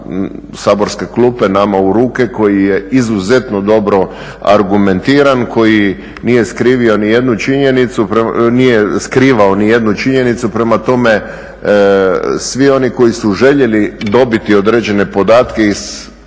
saborske klupe nama u ruke koji je izuzetno dobro argumentiran, koji nije skrivao nijednu činjenicu. Prema tome, svi oni koji su željeli dobiti određene podatke i stvoriti